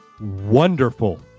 wonderful